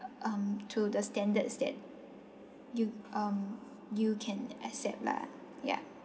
um to the standards that you um you can accept lah ya